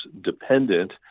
dependent